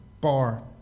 bar